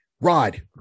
Rod